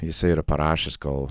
jisai yra parašęs gal